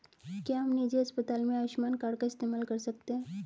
क्या हम निजी अस्पताल में आयुष्मान कार्ड का इस्तेमाल कर सकते हैं?